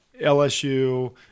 LSU